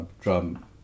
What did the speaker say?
drum